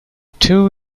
two